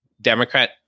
Democrat